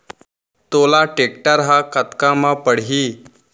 तोला टेक्टर ह कतका म पड़िस?